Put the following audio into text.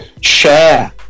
share